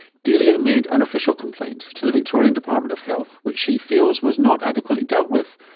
delia made an official complaint to the victorian department of health, which she feels was not adequately dealt with,